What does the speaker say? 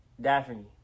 Daphne